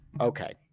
Okay